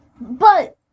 But-